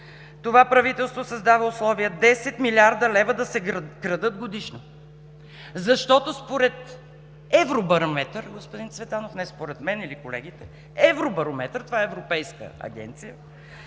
това правителство създава условия да се крадат 10 млрд. лв. годишно. Защото според „Евробарометър“, господин Цветанов, не според мен или колегите, а „Евробарометър“ – това е европейска агенция,